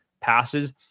passes